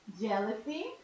jealousy